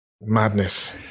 Madness